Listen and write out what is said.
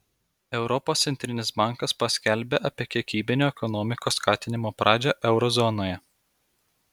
europos centrinis bankas paskelbė apie kiekybinio ekonomikos skatinimo pradžią euro zonoje